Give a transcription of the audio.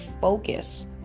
focus